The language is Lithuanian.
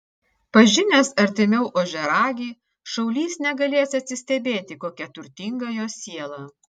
pažinęs artimiau ožiaragį šaulys negalės atsistebėti kokia turtinga jo siela